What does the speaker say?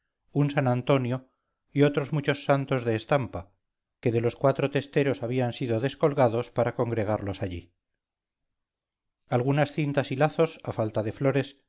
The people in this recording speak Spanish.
un san antonio y otros muchos santos de estampa que de los cuatro testeros habían sido descolgados para congregarlos allí algunas cintas y lazos a falta de flores